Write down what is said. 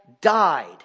died